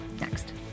next